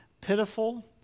pitiful